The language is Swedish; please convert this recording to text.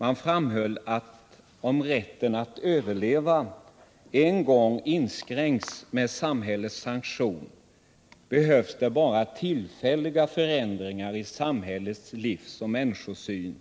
Man framhöll att om rätten att överleva en gång inskränks med samhällets sanktion behövs det bara tillfälliga förändringar i samhällets livsoch människosyn